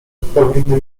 powinny